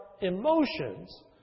emotions